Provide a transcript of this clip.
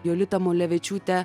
jolita mulevičiūtė